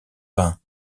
peint